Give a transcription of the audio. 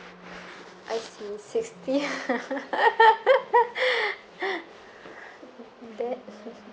I see sixty that